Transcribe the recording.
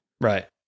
Right